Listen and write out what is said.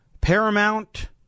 Paramount